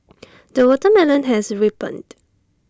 the watermelon has ripened